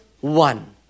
one